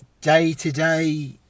day-to-day